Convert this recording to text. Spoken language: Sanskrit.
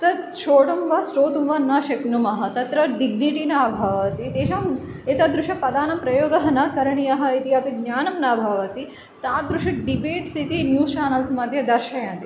तत् शोढुं वा श्रोतुं वा न शक्नुमः तत्र डिग्निटि न भवति तेषाम् एतादृशपदानां प्रयोगः न करणीयः इति अपि ज्ञानं न भवति तादृश डिबेट्स् इति न्यूस् चानल्स् मध्ये दर्शयन्ति